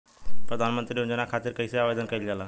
प्रधानमंत्री योजना खातिर कइसे आवेदन कइल जाला?